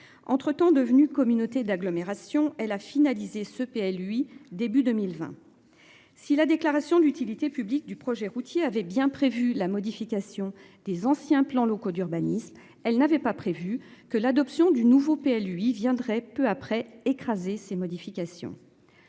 entre temps devenu communauté d'agglomération, elle a finalisé ce PA lui début 2020. Si la déclaration d'utilité publique du projet routier avait bien prévu la modification des anciens plans locaux d'urbanisme elle n'avait pas prévu que l'adoption du nouveau lui viendrait peu après écraser ces modifications.